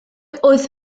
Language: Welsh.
oedd